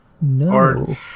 No